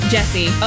Jesse